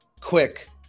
quick